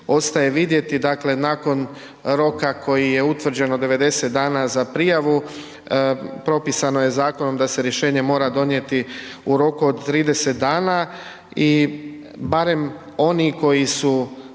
ostaje vidjeti. Dakle, nakon roka koji je utvrđen od 90 dana za prijavu, propisano je zakonom da se rješenje mora donijeti u roku od 30 dana i barem oni koji su